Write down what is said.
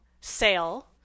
Sale